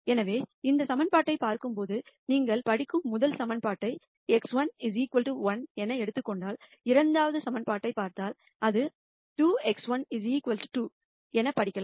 எனவே இந்த ஈகிவேஷன்னை பார்க்கும்போது நீங்கள் படிக்கும் முதல் ஈகிவேஷன் x1 1 என எடுத்துக் கொண்டால் இரண்டாவது ஈகிவேஷன் பார்த்தால் அது 2x1 2 எனப் படிக்கலாம்